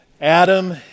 Adam